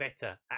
better